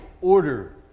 order